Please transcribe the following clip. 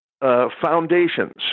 Foundations